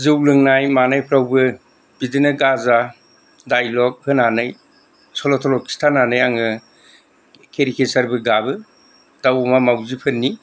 जौ लोंनाय मानायफ्रावबो बिदिनो गाजा डाइल'ग होनानै सल' थल' खिथानानै आङो केरिकेचारबो गाबो दाउ अमा मावजिफोरनि